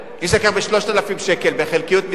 אם הוא משתכר 3,000 שקל בחלקיות משרה,